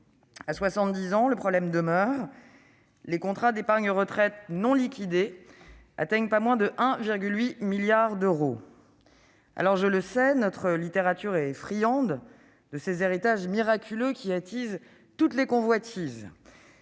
70 ans, le problème demeure : l'encours des contrats d'épargne retraite non liquidés s'élève à pas moins de 1,8 milliard d'euros. Je n'ignore pas que notre littérature est friande de ces héritages miraculeux, qui attisent toutes les convoitises